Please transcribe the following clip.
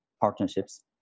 partnerships